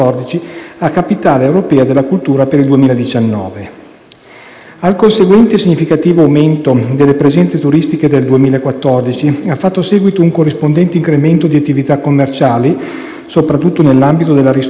Al conseguente, significativo aumento delle presenze turistiche dal 2014, ha fatto seguito un corrispondente incremento di attività commerciali, soprattutto nell'ambito della ristorazione e delle strutture ricettive,